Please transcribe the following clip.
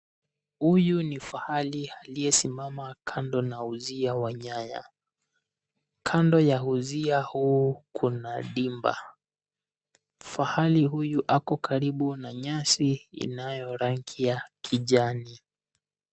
Huyu ni fahali aliyesimama kando na uzia wa nyaya. Kando ya uzia huu kuna dimba, fahali huyu ako karibu na nyasi inayo rangi ya kijani.